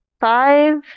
five